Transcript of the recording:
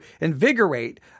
invigorate